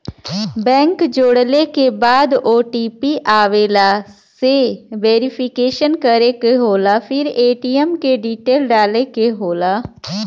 bank जोड़ले के बाद ओ.टी.पी आवेला से वेरिफिकेशन करे क होला फिर ए.टी.एम क डिटेल डाले क होला